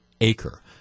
acre